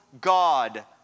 God